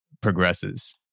progresses